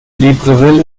libreville